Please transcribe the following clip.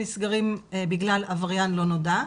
נסגרים בגלל עבריין לא נודע,